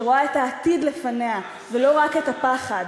שרואה את העתיד לפניה ולא רק את הפחד.